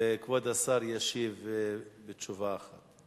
וכבוד השר ישיב בתשובה אחת.